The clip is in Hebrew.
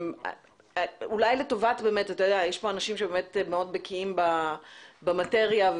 יש פה אנשים שבקיאים מאוד במטריה.